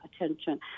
attention